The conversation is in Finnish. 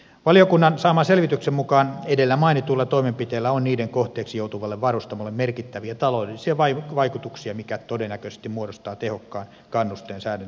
valiokunnan saaman selvityksen mukaan edellä mainituilla toimenpiteillä on niiden kohteeksi joutuvalle varustamolle merkittäviä taloudellisia vaikutuksia mikä todennäköisesti muodostaa tehokkaan kannusteen säännösten noudattamiselle